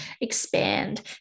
expand